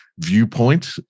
viewpoint